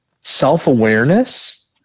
self-awareness